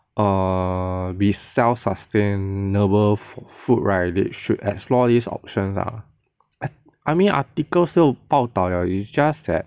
err be self sustainable for food right they should explore these options lah I mean articles 就报道了 is just that